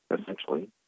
essentially